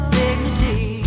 dignity